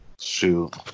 Shoot